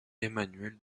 emmanuel